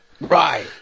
Right